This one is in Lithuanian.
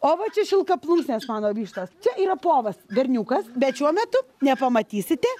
o va čia šilkaplunksnės mano vištos čia yra povas berniukas bet šiuo metu nepamatysite